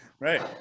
Right